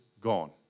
gone